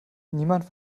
niemand